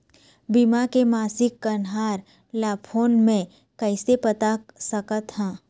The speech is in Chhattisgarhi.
बीमा के मासिक कन्हार ला फ़ोन मे कइसे पता सकत ह?